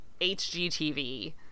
HGTV